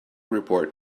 report